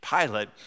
Pilate